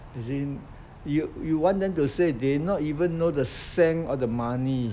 as in you you want them to save they not even know the cent of the money